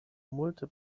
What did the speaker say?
multe